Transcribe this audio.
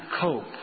cope